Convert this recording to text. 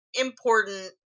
important